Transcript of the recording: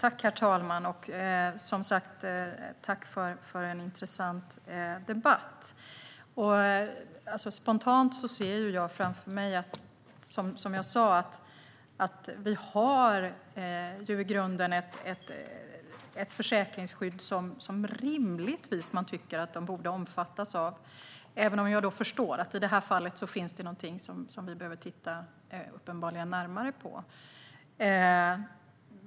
Herr talman! Jag tackar för en intressant debatt. Spontant ser jag framför mig, som jag sa, att vi i grunden har ett försäkringsskydd som man rimligtvis tycker att de borde omfattas av, även om jag förstår att det i det här fallet uppenbarligen finns någonting som vi behöver titta närmare på.